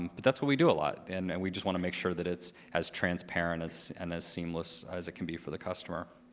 but that's what we do a lot. and and we just want to make sure that it's as transparent and as seamless as it can be for the customer.